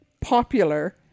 popular